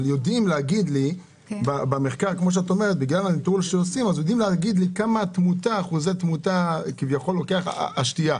אבל יודעים להגיד במחקר כמה מן התמותה נובעת מן השתייה?